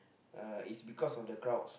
uh it's because of the crowds